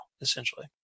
essentially